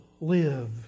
live